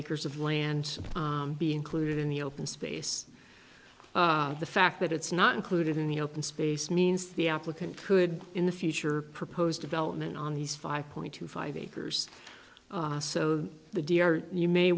acres of land be included in the open space the fact that it's not included in the open space means the applicant could in the future proposed development on these five point two five acres so the d r you may